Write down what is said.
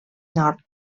nord